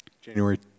January